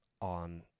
on